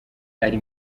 ari